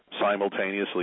simultaneously